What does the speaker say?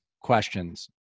questions